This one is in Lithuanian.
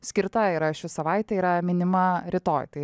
skirtai yra ši savaitė yra minima rytoj tai